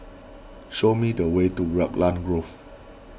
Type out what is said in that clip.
show me the way to Raglan Grove